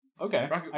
okay